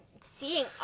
seeing